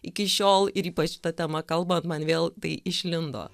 iki šiol ir ypač ta tema kalbant man vėl tai išlindo